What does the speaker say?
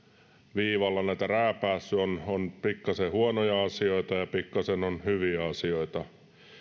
viivalla olen näitä rääpäissyt on on pikkasen huonoja asioita ja pikkasen hyviä asioita